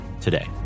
today